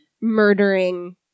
murdering